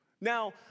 Now